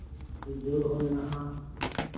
ᱯᱩᱡᱟᱹ ᱨᱮᱦᱚᱸ ᱢᱮᱱᱟᱜᱼᱟ